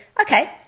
okay